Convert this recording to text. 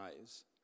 eyes